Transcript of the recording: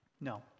No